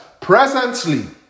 Presently